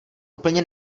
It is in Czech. úplně